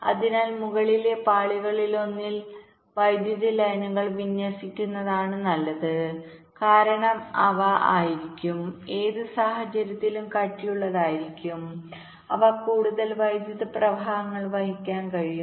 അതിനാൽ മുകളിലെ പാളികളിലൊന്നിൽ വൈദ്യുതി ലൈനുകൾ വിന്യസിക്കുന്നതാണ് നല്ലത് കാരണം അവ ആയിരിക്കും ഏത് സാഹചര്യത്തിലും കട്ടിയുള്ളതായിരിക്കും അവർക്ക് കൂടുതൽ വൈദ്യുത പ്രവാഹങ്ങൾ വഹിക്കാൻ കഴിയും